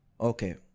Okay